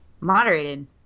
moderated